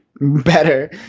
better